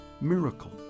miracle